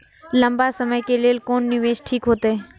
लंबा समय के लेल कोन निवेश ठीक होते?